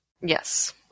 Yes